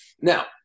Now